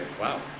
Wow